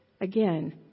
again